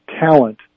talent